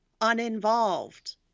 uninvolved